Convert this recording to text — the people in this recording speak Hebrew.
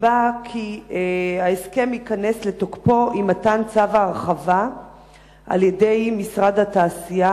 נקבע כי ההסכם ייכנס לתוקפו עם מתן צו הרחבה על-ידי משרד התעשייה,